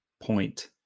point